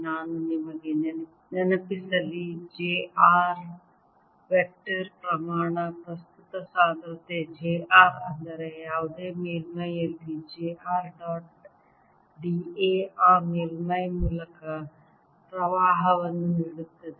ನಾನು ನಿಮಗೆ ನೆನಪಿಸಲಿ j r ವೆಕ್ಟರ್ ಪ್ರಮಾಣ ಪ್ರಸ್ತುತ ಸಾಂದ್ರತೆ j r ಅಂದರೆ ಯಾವುದೇ ಮೇಲ್ಮೈಯಲ್ಲಿ j r dot d a ಆ ಮೇಲ್ಮೈ ಮೂಲಕ ಪ್ರವಾಹವನ್ನು ನೀಡುತ್ತದೆ